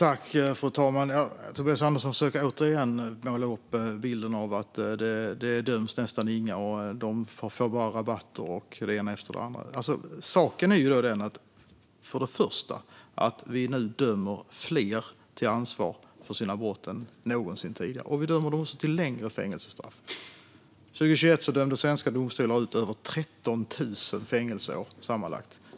Fru talman! Tobias Andersson försöker återigen måla upp bilden att nästan inga döms, att de får bra rabatter och det ena efter det andra. Men saken är ju den att vi nu dömer fler till ansvar för deras brott än någonsin tidigare. Vi dömer dem också till längre fängelsestraff. År 2021 dömde svenska domstolar ut över 13 000 fängelseår sammanlagt.